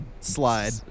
Slide